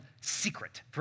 secret